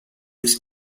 its